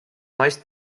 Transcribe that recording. naist